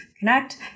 Connect